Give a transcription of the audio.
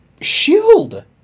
shield